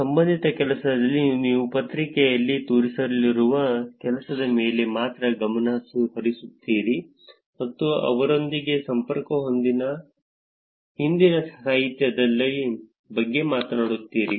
ಸಂಬಂಧಿತ ಕೆಲಸದಲ್ಲಿ ನೀವು ಪತ್ರಿಕೆಯಲ್ಲಿ ತೋರಿಸಲಿರುವ ಕೆಲಸದ ಮೇಲೆ ಮಾತ್ರ ಗಮನಹರಿಸುತ್ತೀರಿ ಮತ್ತು ಅದರೊಂದಿಗೆ ಸಂಪರ್ಕ ಹೊಂದಿದ ಹಿಂದಿನ ಸಾಹಿತ್ಯದ ಬಗ್ಗೆ ಮಾತನಾಡುತ್ತೀರಿ